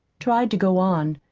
tried to go on,